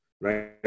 right